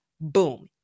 Boom